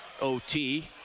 OT